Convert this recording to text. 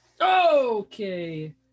Okay